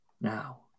Now